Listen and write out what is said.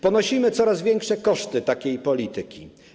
Ponosimy coraz większe koszty takiej polityki.